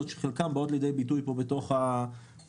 שחלקן באות לידי ביטוי פה בתוך המהלך.